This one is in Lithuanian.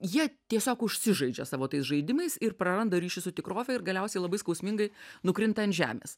jie tiesiog užsižaidžia savo tais žaidimais ir praranda ryšį su tikrove ir galiausiai labai skausmingai nukrinta ant žemės